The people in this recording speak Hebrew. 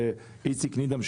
ואיציק נידם,